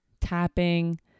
tapping